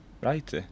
right